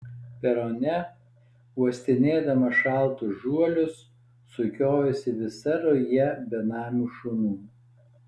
perone uostinėdama šaltus žuolius sukiojosi visa ruja benamių šunų